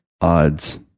odds